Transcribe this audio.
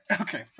okay